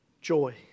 joy